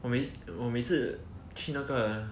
我我每次去那个